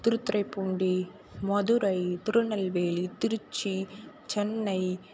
Thiruthuraipoondi Madurai Tirunelveli Trichy Chennai